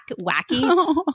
wacky